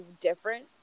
different